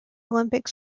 olympic